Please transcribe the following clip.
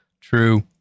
True